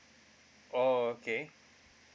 oh okay